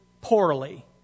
poorly